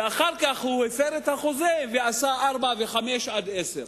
ואחר כך הוא הפר את החוזה ועשה 4 ו-5 עד 10?